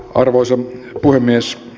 arvoisa puhemies